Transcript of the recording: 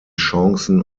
chancen